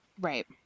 right